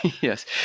Yes